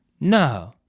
no